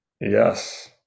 Yes